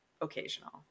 occasional